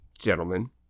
gentlemen